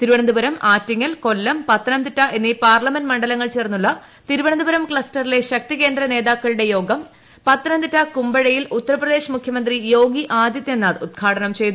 തിരുവനന്തപുരം ആറ്റിങ്ങൽ കൊല്ലം പത്തനംതിട്ട് എന്നീ പാർലമെന്റ് മണ്ഡലങ്ങൾ ചേർന്നുള്ള തിരുവനന്തപുരും ക്ലസ്റ്ററിലെ ശക്തി കേന്ദ്ര നേതാക്കളുടെ യോഗംപ്പിത്ത്ക്തിട്ട കുമ്പഴയിൽ ഉത്തർപ്രദേശ് മുഖ്യമന്ത്രി യോഗി ആദ്യീയ്നാഥ് ഉൽഘാടനം ചെയ്തു